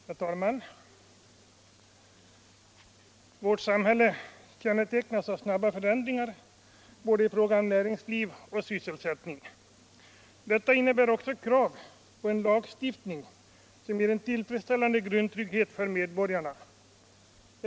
Herr talman! Vårt samhälle kännetecknas av snabba förändringar både i fråga om näringsliv och sysselsättning. Detta innebär också krav på en lagstiftning som ger en tillfredsställande grundtrygghet för medborgarna.